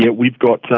yeah we've got,